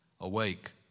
Awake